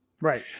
Right